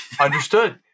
Understood